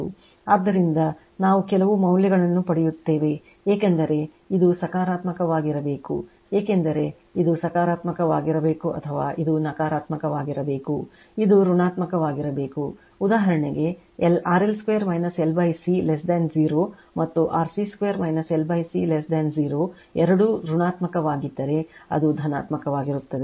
ಆದ್ದರಿಂದ ನಾವು ಕೆಲವು ಮೌಲ್ಯವನ್ನು ಪಡೆಯುತ್ತೇವೆ ಏಕೆಂದರೆ ಇದು ಸಕಾರಾತ್ಮಕವಾಗಿರಬೇಕು ಏಕೆಂದರೆ ಇದು ಸಕಾರಾತ್ಮಕವಾಗಿರಬೇಕು ಅಥವಾ ಇದು ನಕಾರಾತ್ಮಕವಾಗಿರಬೇಕು ಇದು ಋಣಾತ್ಮಕವಾಗಿರಬೇಕು ಉದಾಹರಣೆಗೆ RL2 L C 0 ಮತ್ತು RC2 L C 0 ಎರಡೂ ಋಣಾತ್ಮಕವಾಗಿದ್ದರೆ ಅದು ಧನಾತ್ಮಕವಾಗಿರುತ್ತದೆ